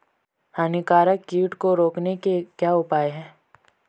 हानिकारक कीट को रोकने के क्या उपाय हैं?